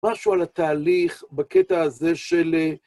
משהו על התהליך בקטע הזה של...